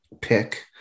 pick